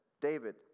David